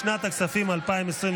לשנת הכספים 2023,